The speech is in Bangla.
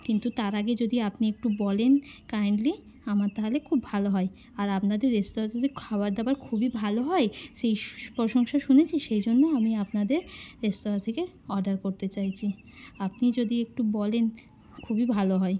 কিন্তু তার আগে যদি আপনি একটু বলেন কাইন্ডলি আমার তাহলে খুব ভালো হয় আর আপনাদের রেস্তোরাঁতে তো খাবার দাবার খুবই ভালো হয় সেই প্রশংসা শুনেছি সেই জন্য আমি আপনাদের রেস্তোরাঁ থেকে অর্ডার করতে চাইছি আপনি যদি একটু বলেন খুবই ভালো হয়